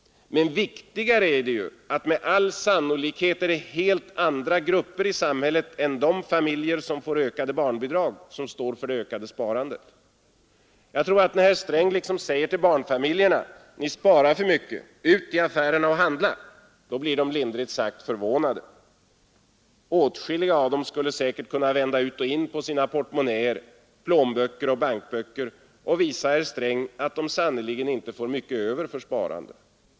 Men viktigare är att det med all sannolikhet är helt andra grupper i samhället än de familjer som får ökade barnbidrag som står för det ökade sparandet. Jag tror att när herr Sträng liksom säger till barnfamiljerna, att ”ni sparar för mycket, ut i affärerna och handla”, så blir de lindrigt sagt förvånade. Åtskilliga av dem skulle säkert kunna vända ut och in på sina portmonnäer, plånböcker och bankböcker och visa herr Sträng att de sannerligen inte får mycket över för sparande.